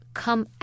come